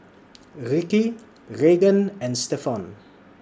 Ricki Reagan and Stephon